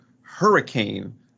Hurricane